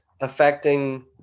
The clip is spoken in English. Affecting